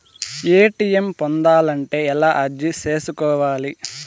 ATM పొందాలంటే ఎలా అర్జీ సేసుకోవాలి?